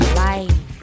life